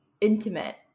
intimate